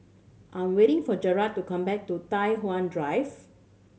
I'm waiting for Jarrad to come back to Tai Hwan Drive